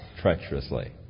treacherously